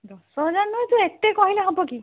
ଦଶହଜାର ନଉଛୁ ତୁ ଏତେ କହିଲେ ହବ କି